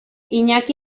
iñaki